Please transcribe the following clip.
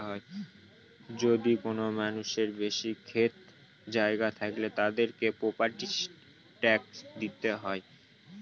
যদি কোনো মানুষের বেশি ক্ষেত জায়গা থাকলে, তাদেরকে প্রপার্টি ট্যাক্স দিতে হয়